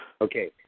Okay